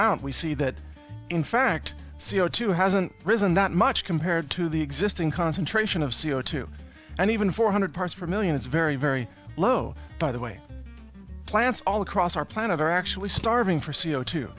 out we see that in fact c o two hasn't risen that much compared to the existing concentration of c o two and even four hundred parts per million it's very very low by the way plants all across our planet are actually starving for c o two